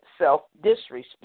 self-disrespect